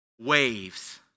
Waves